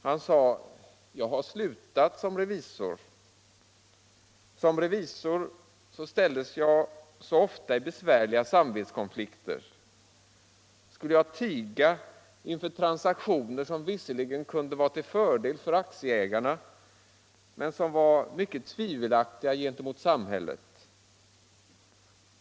Han sade: Jag har slutat som revisor, Som revisor ställdes jag ofta i besvärliga samvetskonflikter — skulle jag tiga inför transaktioner som visserligen kunde vara till fördel för aktieägarna men som var mycket tvivelaktiga gentemot samhället?